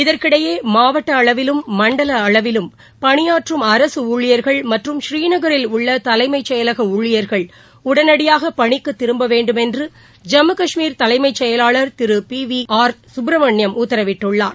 இதற்கிடையே மாவட்ட அளவிலும் மண்டல அளவிலும் பணியாற்றும் அரசு ஊழியர்கள் மற்றும் ஸ்ரீநகில் உள்ள தலைமைச் செயலக ஊழியர்கள் உடனடியாக பணிக்குத் திரும்ப வேண்டுமென்று ஜம்மு கஷ்மீர் தலைமை செயலாளர் Thiru P V R Subrahmanyam உத்தரவிட்டுள்ளார்